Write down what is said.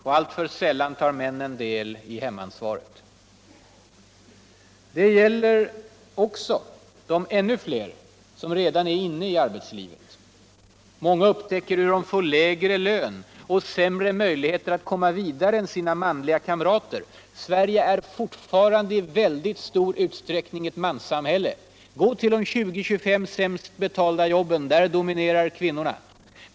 Och alltför sällan tar miännen det i hemansvaret. Det gäller också de ännu Ner som redan är inne i arbetslivet. Mänga upptäcker hur de får lägre lön och sämre möjligheter att komma vidare än sina manliga kamrater. Sverige är fortfarande i väldigt stor utsträckning ett manssamhille. Gå vill de 20-23 sämst betalda jobben! Där dominerar kvinnorna.